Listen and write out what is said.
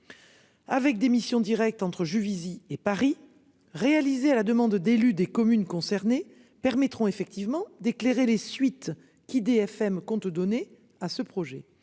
Avec des missions directes entre Juvisy et Paris réalisé à la demande d'élus des communes concernées permettront effectivement d'éclairer les suites qu'IDFM compte donner à ce projet.